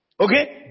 Okay